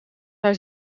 hij